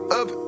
up